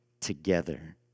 together